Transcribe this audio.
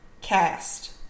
cast